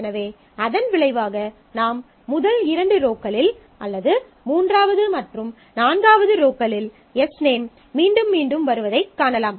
எனவே அதன் விளைவாக நாம் முதல் இரண்டு ரோக்களில் அல்லது மூன்றாவது மற்றும் நான்காவது ரோக்களில் எஸ்நேம் மீண்டும் மீண்டும் வருவதைக் காணலாம்